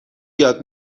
یاد